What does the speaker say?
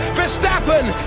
Verstappen